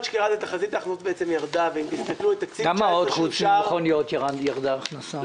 למה ירדה ההכנסה?